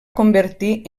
convertir